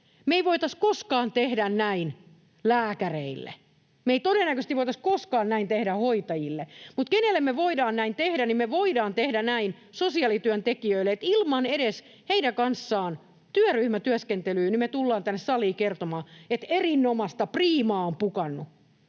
Me ei voitaisi koskaan tehdä näin lääkäreille, me ei todennäköisesti voitaisi koskaan näin tehdä hoitajille, mutta kenelle me voidaan näin tehdä — me voidaan tehdä näin sosiaalityöntekijöille, niin, että ilman edes työryhmätyöskentelyä heidän kanssaan me tullaan tänne saliin kertomaan, että erinomaista, priimaa on pukannut.